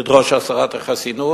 לדרוש את הסרת החסינות,